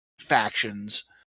factions